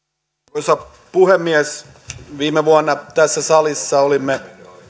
arvoisa puhemies viime vuonna tässä salissa olimme